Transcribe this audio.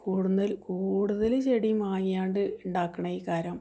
കൂടുതള് ചെടി മാങ്ങ്യാണ്ട് ഉണ്ടാക്കുന്ന ഈ